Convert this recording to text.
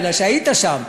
בגלל שהיית שם,